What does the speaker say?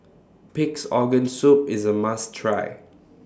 Pig'S Organ Soup IS A must Try